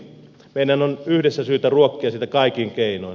meidän on yhdessä syytä ruokkia sitä kaikin keinoin